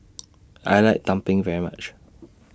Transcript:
I like Tumpeng very much